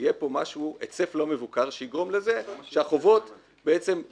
שיהיה פה היצף לא מבוקר שיגרום לזה שהחובות לא